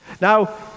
now